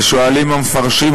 ושואלים המפרשים,